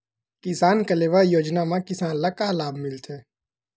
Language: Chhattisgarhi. किसान कलेवा योजना म किसान ल का लाभ मिलथे?